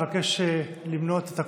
אבקש למנות את הקולות,